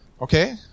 Okay